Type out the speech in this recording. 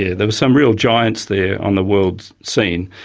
yeah there were some real giants there on the world scene.